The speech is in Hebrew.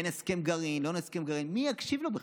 כן הסכם גרעין, לא הסכם גרעין, מי יקשיב לו בכלל?